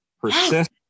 Persist